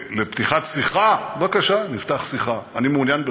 לפתיחת שיחה, בבקשה, נפתח שיחה, אני מעוניין בזה.